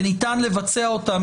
וניתן לבצע אותם,